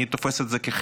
אני תופס את זה כחלק